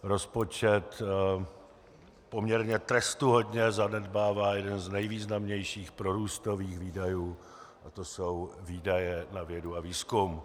Rozpočet poměrně trestuhodně zanedbává jeden z nejvýznamnějších prorůstových výdajů a to jsou výdaje na vědu a výzkum.